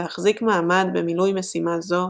להחזיק מעמד במילוי משימה זו,